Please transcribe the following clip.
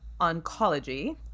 Oncology